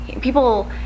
people